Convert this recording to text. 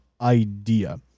idea